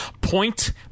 point